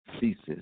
Ceases